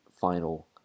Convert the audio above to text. final